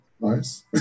Nice